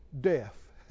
death